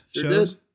shows